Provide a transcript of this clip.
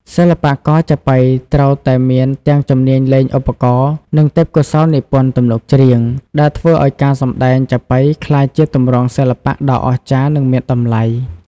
សិល្បករចាប៉ីត្រូវតែមានទាំងជំនាញលេងឧបករណ៍ និងទេពកោសល្យនិពន្ធទំនុកច្រៀង ដែលធ្វើឱ្យការសម្ដែងចាប៉ីក្លាយជាទម្រង់សិល្បៈដ៏អស្ចារ្យ និងមានតម្លៃ។